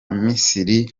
misiri